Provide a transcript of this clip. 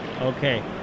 Okay